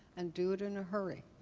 and do it in a hurry.